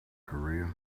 korea